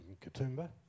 Katoomba